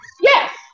yes